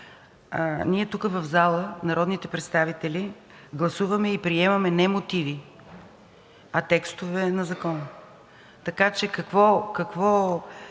тук в залата народните представители гласуваме и приемаме не мотиви, а текстове на закони. Така че какво